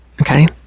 okay